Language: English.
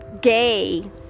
gay